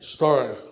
Story